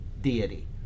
deity